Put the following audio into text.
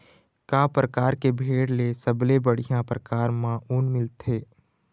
का परकार के भेड़ ले सबले बढ़िया परकार म ऊन मिलथे?